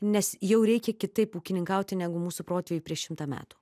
nes jau reikia kitaip ūkininkauti negu mūsų protėviai prieš šimtą metų